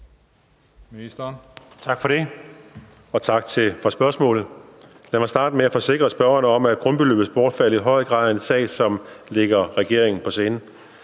Tak for det, og tak for spørgsmålet. Lad mig starte med at forsikre spørgeren om, at grundbeløbets bortfald i høj grad er en sag, som ligger regeringen på sinde.